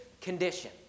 condition